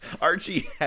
Archie